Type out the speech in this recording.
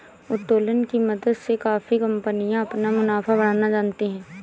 उत्तोलन की मदद से काफी कंपनियां अपना मुनाफा बढ़ाना जानती हैं